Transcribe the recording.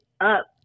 up